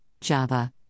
Java